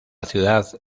ciudad